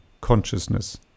consciousness